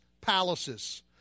palaces